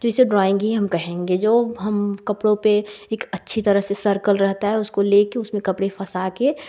जिसे ड्राइंग ही हम कहेंगे जो हम कपड़ों पर एक अच्छी तरह सर्किल रहता है उसको लेकर उसमें कपड़े फंसाकर